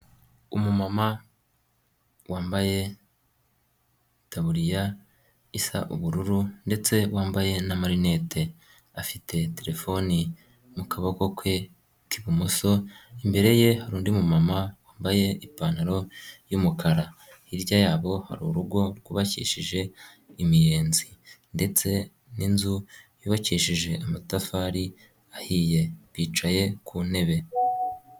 Umumama wambaye itaburiya isa ubururu ndetse wambaye n'amarinete, afite terefone mu kuboko kwe kw'ibumoso , imbere ye hari undi mu mama wambaye ipantaro y'umukara, hirya yabo hari urugo rwubakishije imiyenzi ndetse n'inzu yubakishije amatafari ahiye, bicaye ku ntebe.